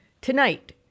Tonight